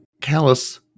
Callus